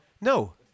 No